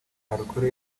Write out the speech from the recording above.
alcool